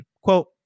Quote